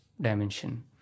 dimension